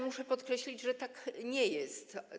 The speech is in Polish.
Muszę podkreślić, że tak nie jest.